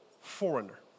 foreigner